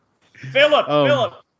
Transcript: Philip